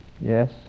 Yes